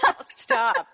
stop